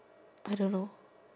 I don't know